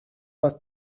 was